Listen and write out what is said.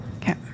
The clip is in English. Okay